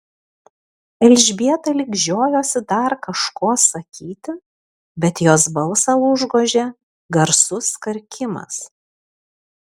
elžbieta lyg žiojosi dar kažko sakyti bet jos balsą užgožė garsus karkimas